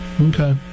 Okay